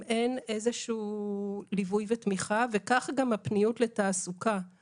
אין איזה שהוא ליווי ותמיכה וכך גם הפניות לתעסוקה.